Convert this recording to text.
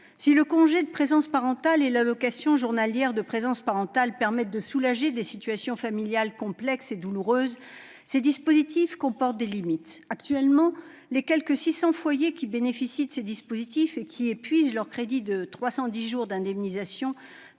Si le congé de présence parentale et l'allocation journalière de présence parentale permettent de soulager des situations familiales complexes et douloureuses, ces dispositifs comportent des limites. Actuellement, les quelque 600 foyers qui épuiseront bientôt leur crédit de 310 jours d'indemnisation